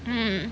mm